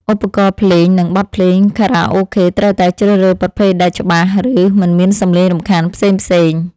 ឧបករណ៍ភ្លេង និង បទភ្លេងខារ៉ាអូខេត្រូវតែជ្រើសរើសប្រភេទដែលច្បាស់ ឬ មិនមានសម្លេងរំខានផ្សេងៗ។